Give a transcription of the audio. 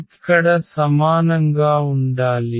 ఇక్కడ సమానంగా ఉండాలి